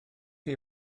chi